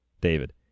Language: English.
David